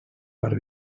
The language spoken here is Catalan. per